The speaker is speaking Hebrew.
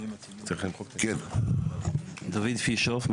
דוד פישהוף,